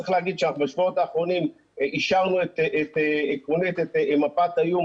צריך להגיד שאנחנו בשבועות האחרונים אישרנו עקרונית את מפת האיום